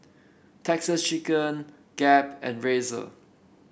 Texas Chicken Gap and Razer